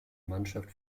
mannschaft